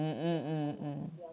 mm mm mm